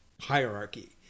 hierarchy